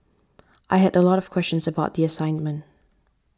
I had a lot of questions about the assignment